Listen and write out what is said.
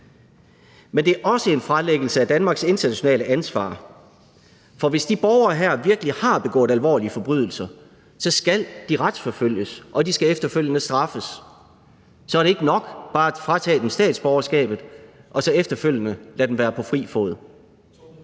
Men det er også en fralæggelse af Danmarks internationale ansvar, for hvis de borgere her virkelig har begået alvorlige forbrydelser, skal de retsforfølges, og de skal efterfølgende straffes. Så er det ikke nok bare at fratage dem deres statsborgerskab og så efterfølgende lade dem være på fri fod.